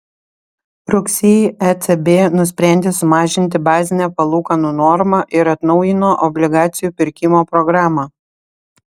rugsėjį ecb nusprendė sumažinti bazinę palūkanų normą ir atnaujino obligacijų pirkimo programą